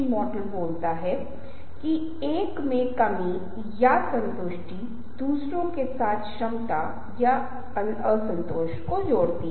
उदाहरण के लिए जब हम अपने बच्चों को स्कूल में डालना चाहते हैं तो यह व्यक्ति किस स्कूल के लिए जा रहा है